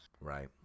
right